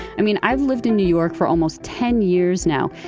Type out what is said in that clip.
i mean, i lived in new york for almost ten years now.